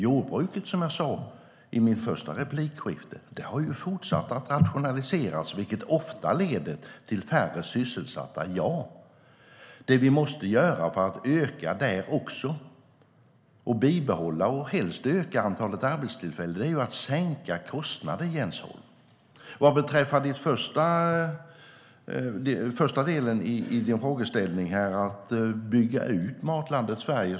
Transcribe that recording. Jordbruket har, som jag sa i mitt första replikskifte, fortsatt att rationaliseras, vilket ofta leder till färre sysselsatta - ja. Det vi måste göra för att bibehålla och helst öka antalet arbetstillfällen är att sänka kostnader, Jens Holm. Den första delen i din frågeställning handlade om att bygga ut Matlandet Sverige.